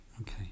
Okay